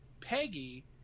Peggy